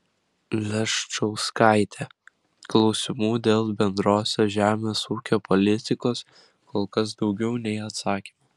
leščauskaitė klausimų dėl bendrosios žemės ūkio politikos kol kas daugiau nei atsakymų